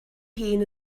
hun